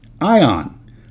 ion